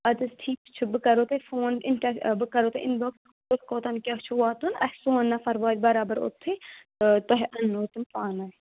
اَدٕ حظ ٹھیک چُھ بہ کَرہو تۄہہ فون بہٕ کرہو تۄہہِ اَمہ دۄہ فون کیاہ کوٚتن چُھ واتُن اَسہِ سوٚن نَفر واتہ برابر اوٚتھی تۄہہ اننو تِم پانے